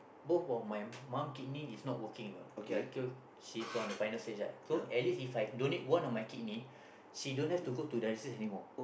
both of mum kidney is not working lah yeah because she is on the final stage right so at least If I donate one of kidney she don't have to go to dialysis anymore